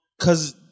cause